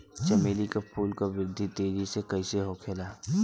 चमेली क फूल क वृद्धि तेजी से कईसे होखेला?